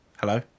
Hello